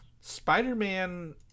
Spider-Man